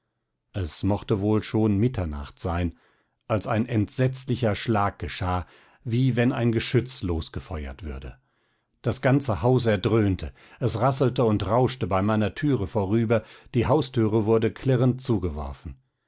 es mochte wohl schon mitternacht sein als ein entsetzlicher schlag geschah wie wenn ein geschütz losgefeuert würde das ganze haus erdröhnte es rasselte und rauschte bei meiner türe vorüber die haustüre wurde klirrend zugeworfen